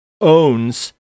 owns